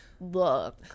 look